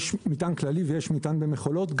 יש מטען כללי ויש מטען במכולות,